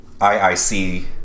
IIC